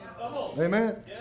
Amen